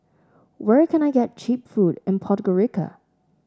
where can I get cheap food in Podgorica